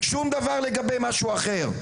שום דבר לגבי משהו אחר.